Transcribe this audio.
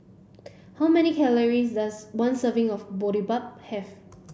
how many calories does one serving of Boribap have